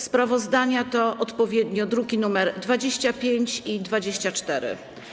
Sprawozdania to odpowiednio druki nr 25 i 24.